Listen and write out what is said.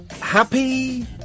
Happy